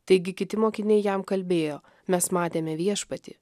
taigi kiti mokiniai jam kalbėjo mes matėme viešpatį